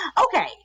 Okay